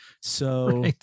So-